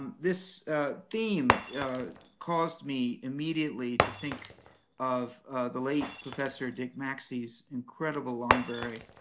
um this theme caused me immediately to think of the late professor dick macksey's incredible library,